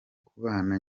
kubana